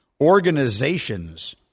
Organizations